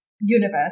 Universe